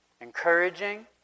encouraging